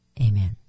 Amen